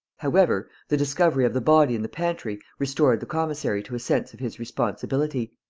however, the discovery of the body in the pantry restored the commissary to a sense of his responsibility.